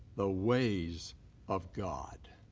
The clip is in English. the ways of god.